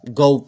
go